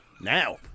Now